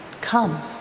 Come